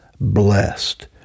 blessed